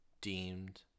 deemed